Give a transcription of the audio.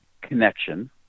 connection